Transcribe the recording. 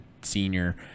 senior